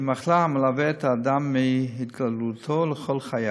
היא מחלה המלווה את האדם מהתגלותה, כל חייו.